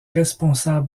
responsable